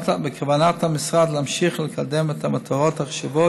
בכוונת המשרד להמשיך לקדם את המטרות החשובות